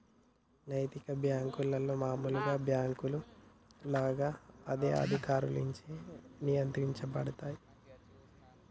నైతిక బ్యేంకులు మామూలు బ్యేంకుల లాగా అదే అధికారులచే నియంత్రించబడతయ్